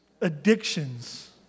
addictions